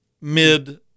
mid